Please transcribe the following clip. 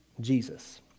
Jesus